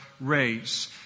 race